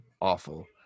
awful